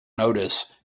notice